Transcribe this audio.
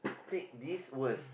take this words